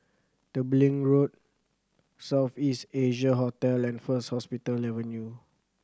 Tembeling Road South East Asia Hotel and First Hospital Avenue